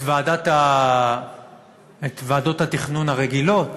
את ועדות התכנון הרגילות,